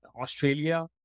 Australia